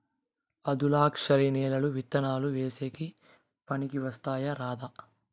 ఆధులుక్షరి నేలలు విత్తనాలు వేసేకి పనికి వస్తాయా రాదా?